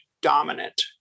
dominant